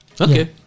Okay